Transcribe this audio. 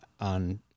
on –